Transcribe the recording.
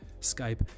Skype